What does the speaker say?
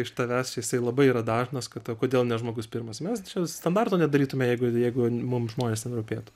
iš tavęs čia jisai labai yra dažnas kad o kodėl ne žmogus pirmas mes čia standarto nedarytume jeigu jeigu mums žmonės ten rūpėtų